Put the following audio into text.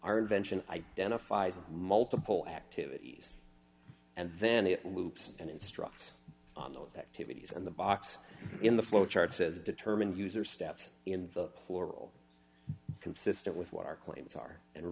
are invention identifies a multiple activities and then it loops and instructs on those activities and the box in the flow chart says determined user steps in the plural consistent with what our claims are and